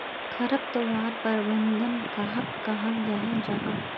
खरपतवार प्रबंधन कहाक कहाल जाहा जाहा?